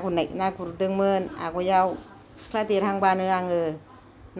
ना गुरनाय ना गुरदोंमोन आगयआव सिख्ला देरहांबानो आङो